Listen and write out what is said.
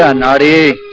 ah not a